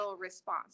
response